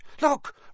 look